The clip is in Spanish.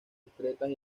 discretas